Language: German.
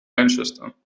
manchester